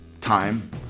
time